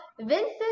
Vincent